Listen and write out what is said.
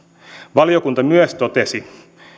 valiokunta myös totesi